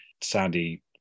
sandy